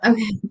Okay